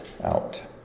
out